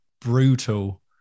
brutal